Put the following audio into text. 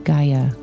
Gaia